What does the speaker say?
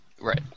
Right